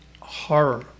horror